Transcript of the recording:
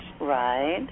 Right